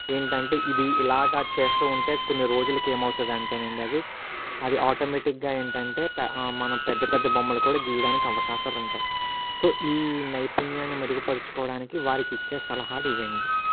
ఏంటి అంటే ఇది ఇలాగా చేస్తూ ఉంటే కొన్ని రోజులకి ఏమవుతుంది అంటే అండి అది ఆటోమేటిక్గా ఏంటి అంటే మనం పెద్ద పెద్ద బొమ్మలు కూడా గీయడానికి అవకాశాలు ఉంటాయి సో ఈ నైపుణ్యాన్ని మెరుగుపరుచుకోడానికి వారికి ఇచ్చే సలహాలు ఇవ్వి అండి